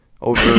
over